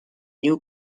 new